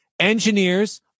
engineers